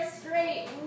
straight